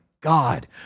God